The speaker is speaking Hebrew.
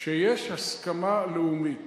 שיש הסכמה לאומית.